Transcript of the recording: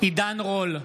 עידן רול,